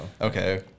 Okay